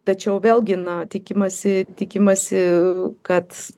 tačiau vėlgi na tikimasi tikimasi kad